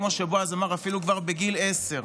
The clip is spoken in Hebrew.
כמו שבועז אמר, אפילו כבר בגיל עשר.